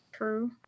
True